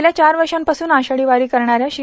गेल्या चार वर्षापासून आषाढी वारी करणाऱ्या श्री